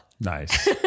Nice